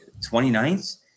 29th